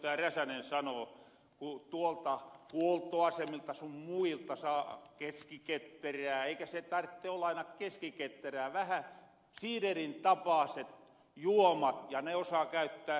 räsänen sanoo että ku tuolta huoltoasemilta sun muilta saa keskiketterää eikä se tartte olla aina keskiketterää vähän siiderintapaasia juomia ja ne osaa käyttää sitä jo